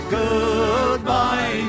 goodbye